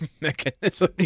mechanism